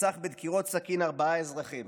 רצח בדקירות סכין ארבעה אזרחים